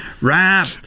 rap